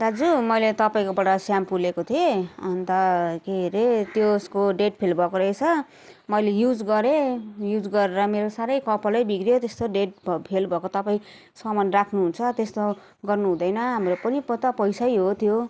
दाजु मैले तपाईँकोबाट सेम्पू ल्याएको थिएँ अन्त के अरे त्यसको डेट फेल भएको रहेछ मैले युज गरेँ युज गरेर मेरो साह्रै कपालै बिग्रियो त्यस्तो डेट फेल भएको तपाईँ सामान राख्नुहुन्छ त्यस्तो गर्नुहुँदैन हाम्रो पनि त पैसै हो त्यो